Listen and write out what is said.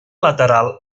lateral